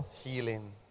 Healing